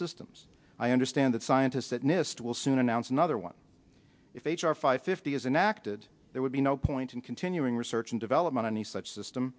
systems i understand that scientist at nist will soon announce another one if h r five fifty isn't acted there would be no point in continuing research and development in the such system